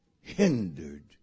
hindered